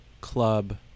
club